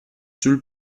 sul